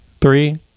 Three